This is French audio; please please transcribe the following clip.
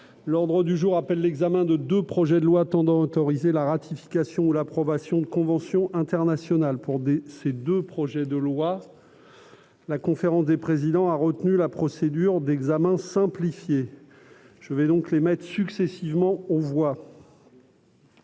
L'ordre du jour appelle l'examen de deux projets de loi tendant à autoriser la ratification ou l'approbation de conventions internationales. Pour ces deux projets de loi, la conférence des présidents a retenu la procédure d'examen simplifié. Je vais donc les mettre successivement aux voix.